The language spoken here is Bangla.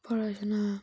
পড়াশোনা